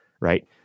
Right